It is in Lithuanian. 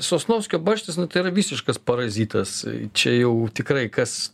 sosnovskio barštis tai yra visiškas parazitas čia jau tikrai kas